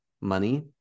money